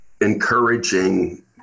encouraging